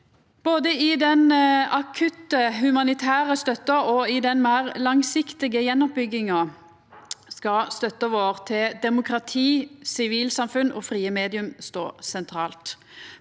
Både i den akutte humanitære støtta og i den meir langsiktige gjenoppbygginga skal støtta vår til demokra ti, sivilsamfunn og frie medium stå sentralt,